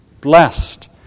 Blessed